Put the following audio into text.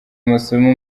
amasomo